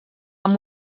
amb